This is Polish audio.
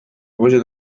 obozie